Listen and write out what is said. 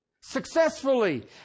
successfully